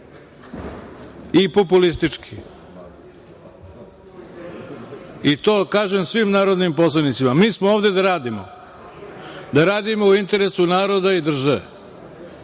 i populistički, i to kažem svim narodnim poslanicima. Mi smo ovde da radimo, da radimo u interesu naroda i države